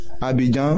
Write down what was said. Abidjan